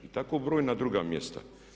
I tako brojna druga mjesta.